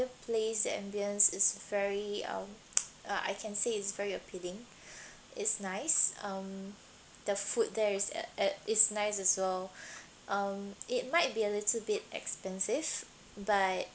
place the ambience is very uh uh I can say it's very appealing is nice um the food there is a~ a~ is nice as well um it might be a little bit expensive but